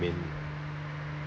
mean